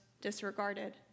disregarded